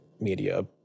media